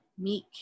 Meek